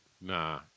Nah